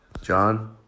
John